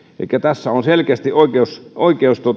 elikkä tässä on selkeästi oikeusvaje